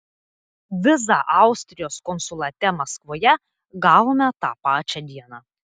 vizą austrijos konsulate maskvoje gavome tą pačią dieną